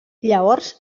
llavors